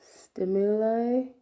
stimuli